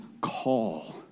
call